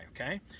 okay